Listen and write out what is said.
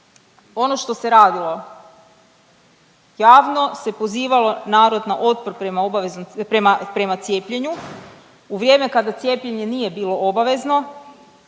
ono što se radilo javno se pozivalo narod na otpor prema cijepljenju u vrijeme kada cijepljenje nije bilo obavezno